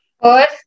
First